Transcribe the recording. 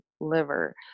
liver